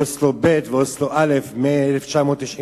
אוסלו א' ואוסלו ב', מ-1993,